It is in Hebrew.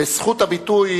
וזכות הביטוי,